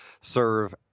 serve